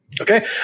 Okay